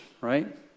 Right